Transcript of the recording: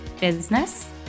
Business